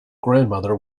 grandmother